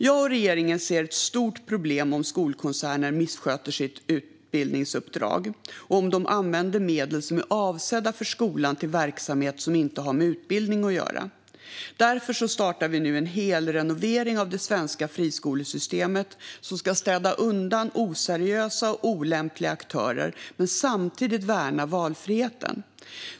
Jag och regeringen ser det som ett stort problem om skolkoncerner missköter sitt utbildningsuppdrag och om de använder medel som är avsedda för skolan till verksamhet som inte har med utbildning att göra. Därför startar vi nu en helrenovering av det svenska friskolesystemet som ska städa undan oseriösa och olämpliga aktörer men samtidigt värna valfriheten.